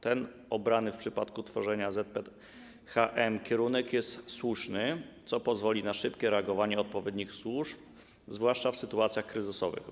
Ten obrany w przypadku tworzenia ZPHM kierunek jest słuszny, co pozwoli na szybkie reagowanie odpowiednich służb, zwłaszcza w sytuacjach kryzysowych.